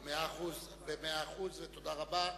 אם כולם יעמדו ככה, מאה אחוז ותודה רבה.